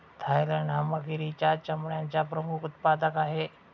Thailand हा मगरीच्या चामड्याचा प्रमुख उत्पादक आहे